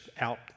out